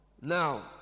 Now